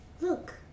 Look